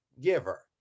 giver